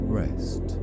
rest